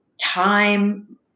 time